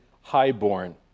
highborn